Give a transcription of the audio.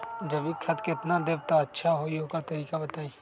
जैविक खाद केतना देब त अच्छा होइ ओकर तरीका बताई?